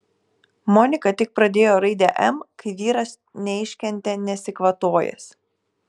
monika tik pradėjo raidę m kai vyras neiškentė nesikvatojęs